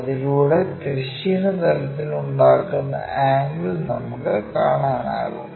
അതിലൂടെ തിരശ്ചീന തലത്തിൽ ഉണ്ടാക്കുന്ന ആംഗിൾ നമുക്ക് കാണാനാകും